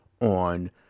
on